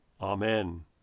Amen